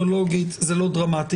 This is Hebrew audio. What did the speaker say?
אפידמיולוגית כרגע זה לא דרמטית,